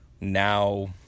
now